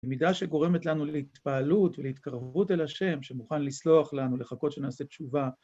למידה שגורמת לנו להתפעלות ולהתקרבות אל השם שמוכן לסלוח לנו לחכות שנעשה תשובה